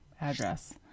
address